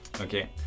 okay